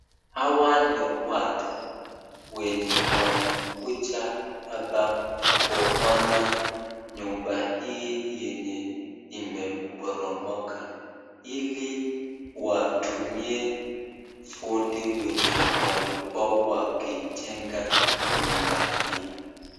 Hawa ni watu wenye wamekuja hapa kuona nyumba hii yenye imeporomoka ili watumie kundi wenye walikuwa wakijenga nyumba hii.